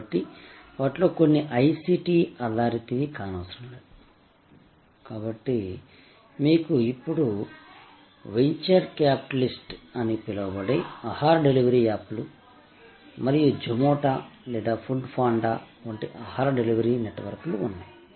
కాబట్టి వాటిలో కొన్ని హై సిటీ ఆధారితవి కానవసరం లేదు కాబట్టి మీకు ఇప్పుడు వెంచర్ క్యాపిటలిస్ట్ అని పిలవబడే ఆహార డెలివరీ యాప్లు మరియు జొమాటో లేదా ఫుడ్ పాండా వంటి ఆహార డెలివరీ నెట్వర్క్లు ఉన్నాయి